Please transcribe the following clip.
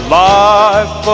life